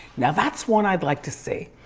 now, that's one i'd like to see.